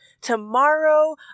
tomorrow